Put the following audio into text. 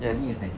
yes